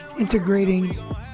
Integrating